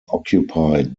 occupied